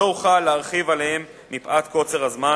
לא אוכל להרחיב עליהם מפאת קוצר הזמן,